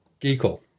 Geekle